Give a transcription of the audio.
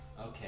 okay